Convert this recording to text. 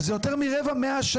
מדובר ביותר מרבע מאה.